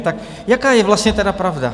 Tak jaká je vlastně tedy pravda?